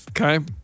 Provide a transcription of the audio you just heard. Okay